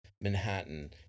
Manhattan